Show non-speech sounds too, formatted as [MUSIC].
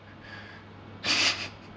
[LAUGHS]